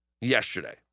yesterday